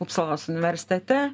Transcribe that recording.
upsalos universitete